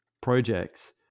projects